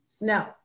No